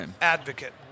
advocate